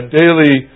daily